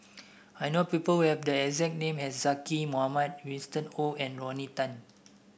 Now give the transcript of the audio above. I know people who have the exact name as Zaqy Mohamad Winston Oh and Rodney Tan